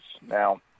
Now